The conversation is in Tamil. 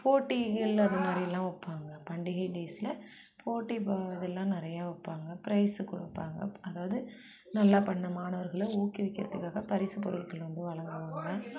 போட்டிகள் அது மாதிரி எல்லாம் வைப்பாங்க பண்டிகை டேஸில் போட்டி இது எல்லாம் நிறைய வைப்பாங்க பிரைஸு கொடுப்பாங்க அதாவது நல்லா பண்ண மாணவர்களை ஊக்குவிக்குறதுக்காக பரிசு பொருட்கள் வந்து வழங்குவாங்க